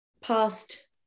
past